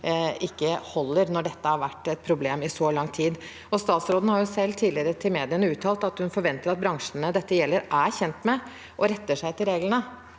ikke holder når dette har vært et problem i så lang tid. Statsråden har selv tidligere uttalt til mediene at hun forventer at bransjene dette gjelder, er kjent med og retter seg etter reglene,